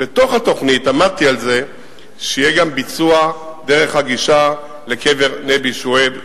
עמדתי על זה שבתוך התוכנית יהיה גם ביצוע דרך הגישה לקבר נבי שועייב,